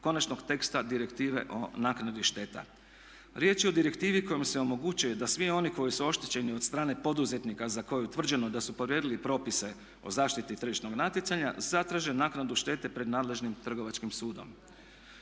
konačnog teksta direktive o naknadi šteta. Riječ je o direktivi kojom se omogućuje da svi oni koji su oštećeni od strane poduzetnika za koju je utvrđeno da su povrijedili propise o zaštiti tržišnog natjecanja zatraže naknadu štete pred nadležnim trgovačkim sudom.